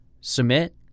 Submit